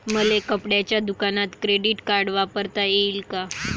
मले कपड्याच्या दुकानात क्रेडिट कार्ड वापरता येईन का?